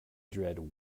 dread